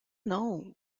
know